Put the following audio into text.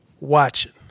watching